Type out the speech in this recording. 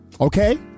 Okay